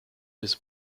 his